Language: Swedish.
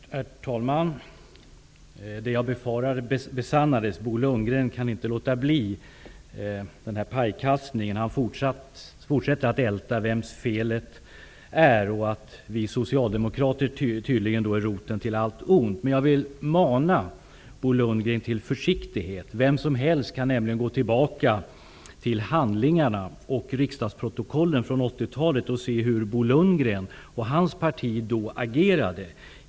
Herr talman! Det jag befarade besannades. Bo Lundgren kan inte låta bli den här pajkastningen. Han fortsätter att älta vems felet är och att vi socialdemokrater tydligen är roten till allt ont. Men jag vill mana Bo Lundgren till försiktighet. Vem som helst kan nämligen gå tillbaka till handlingarna och i riksdagsprotokollen från 1980-talet se hur Bo Lundgren och hans parti då agerade.